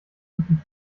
wirklich